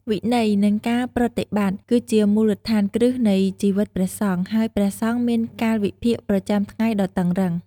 វិន័យ និងការប្រតិបត្តិ គឺជាមូលដ្ឋានគ្រឹះនៃជីវិតព្រះសង្ឃ ហើយព្រះសង្ឃមានកាលវិភាគប្រចាំថ្ងៃដ៏តឹងរ៉ឹង។